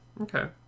Okay